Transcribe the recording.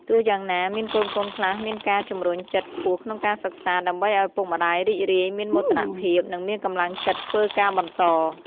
ទោះយ៉ាងណា មានកូនៗខ្លះមានការជម្រុញចិត្តខ្ពស់ក្នុងការសិក្សា ដើម្បីឲ្យឪពុកម្តាយរីករាយ មានមោទនភាព និងមានកម្លាំងចិត្តធ្វើការបន្ត។